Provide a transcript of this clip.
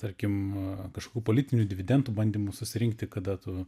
tarkim kažkokių politinių dividendų bandymų susirinkti kada tu